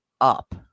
up